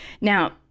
Now